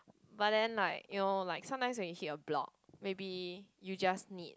but then like you know like sometimes when you hit a block maybe you just need